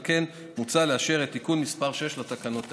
על כן, מוצע לאשר את תיקון מס' 6 לתקנות העיקריות.